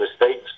mistakes